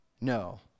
no